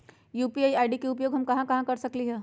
UPI ID के उपयोग हम कहां कहां कर सकली ह?